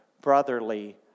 brotherly